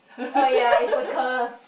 oh ya it's a curse